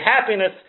happiness